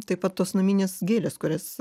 taip pat tos naminės gėlės kurias